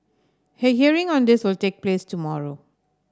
a hearing on this will take place tomorrow